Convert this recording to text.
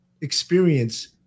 experience